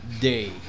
day